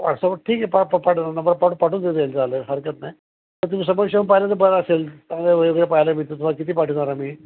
WhatsApp ठीक आहे पाठवा नंबर पाठवून देईल झाले हरकत नाही तर तुम्ही स्वतःहून समोर पाहिलं तर बरं असेल तुम्हाला वेगळं पहायला मिळेल तुम्हाला किती पाठवणार आम्ही